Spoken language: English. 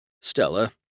Stella